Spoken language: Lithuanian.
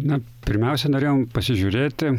na pirmiausia norėjom pasižiūrėti